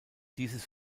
dieses